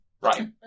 right